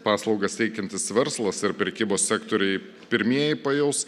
paslaugas teikiantis verslas ar prekybos sektoriai pirmieji pajaus